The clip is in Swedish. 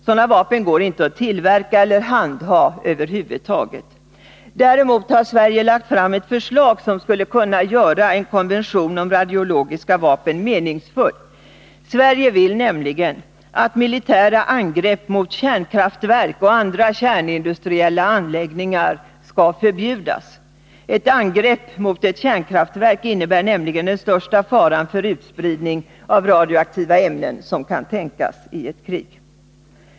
Sådana vapen går inte att tillverka eller att över huvud taget handha. Däremot har Sverige lagt fram ett förslag som skulle kunna göra en konvention om radiologiska vapen meningsfull. Sverige vill nämligen att militära angrepp mot kärnkraftverk och andra kärnindustriella anläggningar skall förbjudas. Ett angrepp mot ett kärnkraftverk innebär nämligen den största faran för utspridning av radioaktiva ämnen som tänkas kan i händelse av ett krig.